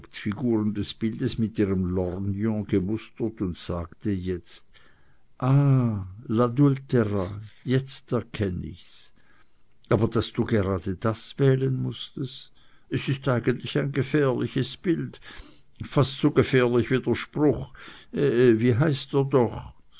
hauptfiguren des bildes mit ihrem lorgnon gemustert und sagte jetzt ah l'adultera jetzt erkenn ich's aber daß du gerade das wählen mußtest es ist eigentlich ein gefährliches bild fast so gefährlich wie der spruch wie heißt er doch